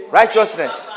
righteousness